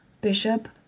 Bishop